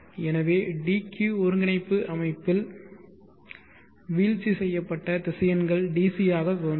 எனவே dq ஒருங்கிணைப்பு அமைப்பில் வீழ்ச்சி செய்யப்பட்ட திசையன்கள் DC ஆக தோன்றும்